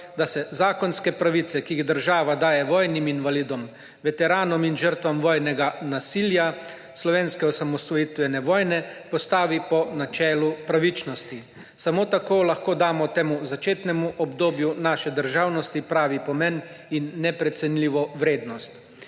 da se zakonske pravice, ki jih država daje vojnim invalidom, veteranom in žrtvam vojnega nasilja slovenske osamosvojitvene vojne, postavi po načelu pravičnosti. Samo tako lahko damo temu začetnemu obdobju naše državnosti pravi pomen in neprecenljivo vrednost.